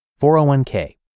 401K